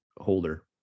holder